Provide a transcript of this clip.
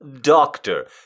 doctor